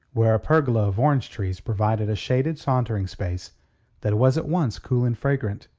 where a pergola of orange-trees provided a shaded sauntering space that was at once cool and fragrant.